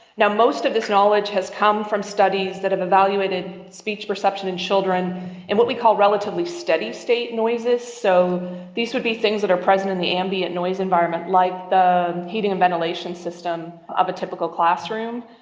and most this knowledge has come from studies that have evaluated speech perception in children and what we call relatively steady state noises. so these would be things that are present in the ambient noise environment, like the heating and ventilation system of a typical classroom.